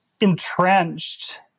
entrenched